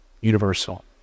universal